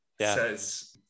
says